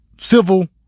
civil